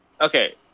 Okay